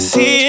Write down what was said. See